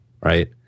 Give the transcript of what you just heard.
Right